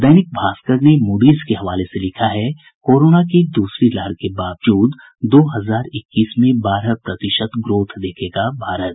दैनिक भास्कर ने मूडीज के हवाले से लिखा है कोरोना की दूसरी लहर के बावजूद दो हजार इक्कीस में बारह प्रतिशत ग्रोथ देखेगा भारत